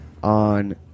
on